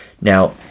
Now